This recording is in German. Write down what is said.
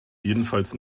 jedenfalls